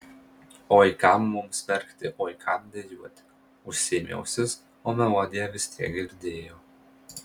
oi kam mums verkti oi kam dejuoti užsiėmė ausis o melodiją vis tiek girdėjo